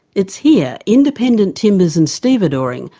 it's here independent timbers and stevedoring,